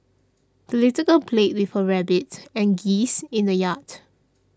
the little girl played with her rabbit and geese in the yard